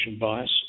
bias